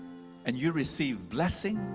and you receive blessing,